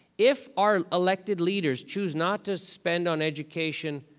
if our elected leaders choose not to spend on education